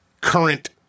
current